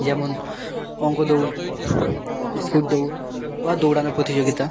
যেমন অঙ্ক দৌড় বিস্কুট দৌড় বা দৌড়ানোর প্রতিযোগিতা